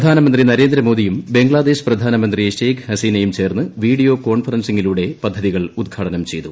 പ്രധാനമന്ത്രി നരേന്ദ്രമോദിയും ബംഗ്ലാദേശ് പ്രധാനമന്ത്രി ഷെയ്ഖ് ഹസീനയും ചേർന്ന് വീസ്സിയോ കോൺഫറൻസിംഗിലൂടെ പദ്ധതികൾ ഉദ്ഘാടനം ചെയ്തു